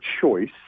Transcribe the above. choice